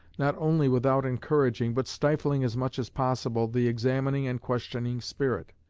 not only without encouraging, but stifling as much as possible, the examining and questioning spirit.